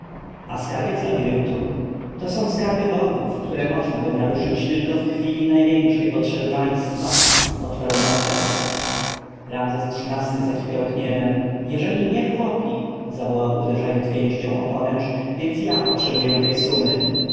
a skarbiec labiryntu to są skarby bogów które możnaby naruszyć tylko w chwili największej potrzeby państwa odparł mefres ramzes xiii-ty zakipiał gniewem jeżeli nie chłopi zawołał uderzając pięścią w poręcz więc ja potrzebuję tej sumy